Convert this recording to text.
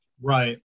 Right